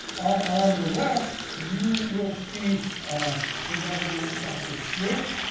on the left, you will see the reverend doctor swift.